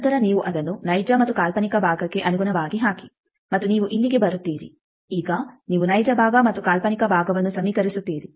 ನಂತರ ನೀವು ಅದನ್ನು ನೈಜ ಮತ್ತು ಕಾಲ್ಪನಿಕ ಭಾಗಕ್ಕೆ ಅನುಗುಣವಾಗಿ ಹಾಕಿ ಮತ್ತು ನೀವು ಇಲ್ಲಿಗೆ ಬರುತ್ತೀರಿ ಈಗ ನೀವು ನೈಜ ಭಾಗ ಮತ್ತು ಕಾಲ್ಪನಿಕ ಭಾಗವನ್ನು ಸಮೀಕರಿಸುತ್ತೀರಿ